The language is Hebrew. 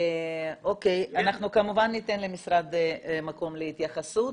אנחנו כמובן ניתן למשרד מקום להתייחסות.